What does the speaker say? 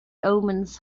omens